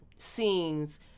scenes